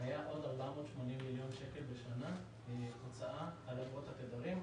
היה עוד 480 מיליון שקלים בשנה הוצאה על אגרות התדרים.